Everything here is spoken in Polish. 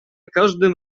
każdym